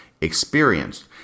experienced